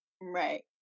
Right